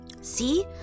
See